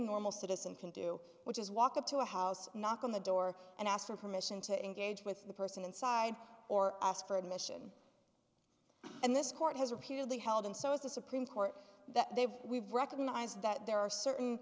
normal citizen can do which is walk up to a house knock on the door and ask for permission to engage with the person inside or ask for admission and this court has repeatedly held and so has the supreme court that they've we've recognized that there are